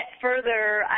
further